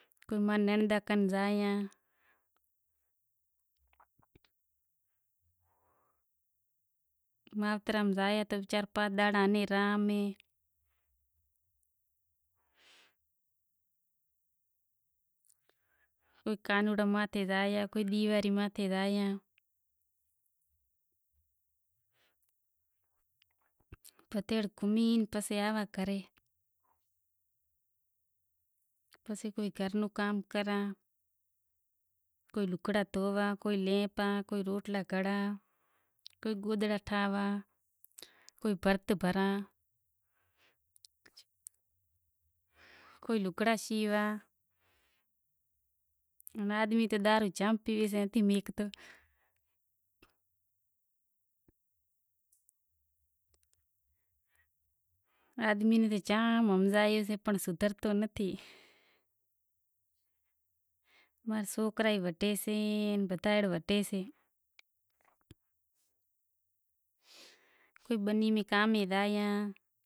بئے ترن چار سال شیکھے پسے کام کریو تو اتا رے ای بی زگا بھی کام کرے ریا تو آہستے آہستے بیزا شاگرد بھی محنت کریں ریا تو شیکھے زاشیں تو اینی کرے اتیا رے آیو شوٹی کرے سوکرا بیٹھا اہیں تو کام کرتا زاشیں تو صحیح کام بھی ماشااللہ صحیح اے تو اتارے میں پانجو کھولیو تو بئے ترن سال چھا ہے تو کام ئے صحیح اے۔ استاد نے موکل لئی پسے میں دکان لگایو ہمیشہ کائیں کام کریئیں تو استاد کن پوسا کرے پسے کام کریئں۔ کائیں بھی کام کرو تو استاد کنیں کام شیکھے تیار تھیو تو استاد کہے بھلیں توں پانجو لگائے تو میں پانجو لگایو تو اینے کرے پانجو دکان اے تو ٹینشن کے وات ری نہیں بند کرے بھی زائوں تو آٹھ بزے زائوں نو بزے زائوں ویہلو آئوں تو آٹھ نو وجے زائوں ڈاہ وزے جائوں شہر جائوں گوٹھ جائوں، گاڈی خراب تھے جائے تو بھی ٹھائی آئوں تو کار ٹریکٹر نو ٹائر ہوئے پنچر ہوئے تو پنچر بھی ٹھائے زائوں۔